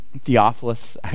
Theophilus